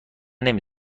نمی